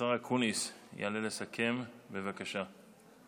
השר אקוניס יעלה לסכם, בבקשה.